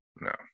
No